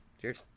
Cheers